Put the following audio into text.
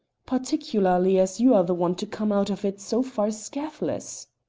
particularly as you are the one to come out of it so far scathless.